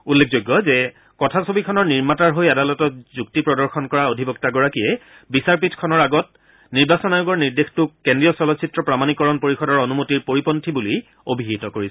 উল্লেখযোগ্য যে কথাছবিখনৰ নিৰ্মাতাৰ হৈ আদালতত যুক্তি প্ৰদৰ্শন কৰা অধিবক্তাগৰাকীয়ে বিচাৰপীঠখনৰ আগত নিৰ্বাচন আয়োগৰ নিৰ্দেশটোক কেন্দ্ৰীয় চলচ্চিত্ৰ প্ৰামাণিকৰণ পৰিযদৰ অনুমতিৰ পৰিপন্থী বুলি অভিহিত কৰিছিল